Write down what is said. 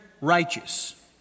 righteous